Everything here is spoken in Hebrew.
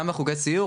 גם בחוגי סיור,